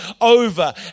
over